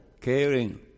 caring